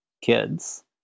kids